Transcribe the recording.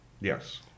Yes